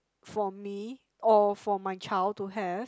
for me or for my child to have